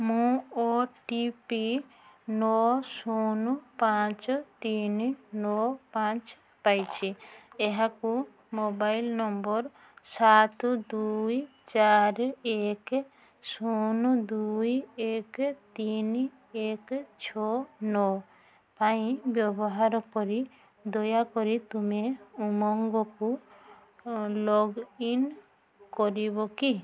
ମୁଁ O T P ନଅ ଶୂନ ପାଞ୍ଚ ତିନି ନଅ ପାଞ୍ଚ ପାଇଛି ଏହାକୁ ମୋବାଇଲ୍ ନମ୍ବର୍ ସାତ ଦୁଇ ଚାର ଏକ ଶୂନ ଦୁଇ ଏକ ତିନି ଏକ ଛଅ ନଅ ପାଇଁ ବ୍ୟବହାର କରି ଦୟାକରି ତୁମେ ଉମଙ୍ଗକୁ ଓ ଲଗ୍ଇନ୍ କରିବ କି